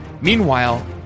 Meanwhile